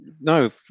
no